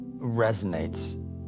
resonates